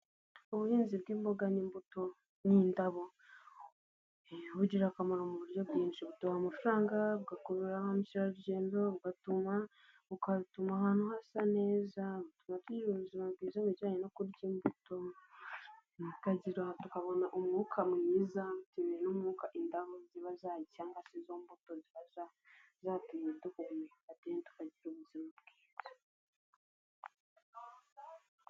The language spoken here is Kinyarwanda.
Ubuhinzi bw'imboga n'imbuto n'indabo, bugira akamaro mu buryo bwinshi, buduha amafaranga, bugakurura ba mukerarugendo, bugatuma bugatuma ahantu hasa neza, butuma tugira ubuzima bwiza mu bijyanye no kurya imbuto, tukagira tukabona umwuka mwiza, bitewe n'umwuka indabo ziba zihari cyangwa se izo mbuto ziba zatumye duhumeka, tukagira ubuzima bwiza.